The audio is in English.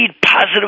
positive